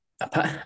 apart